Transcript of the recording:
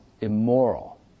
immoral